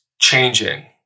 changing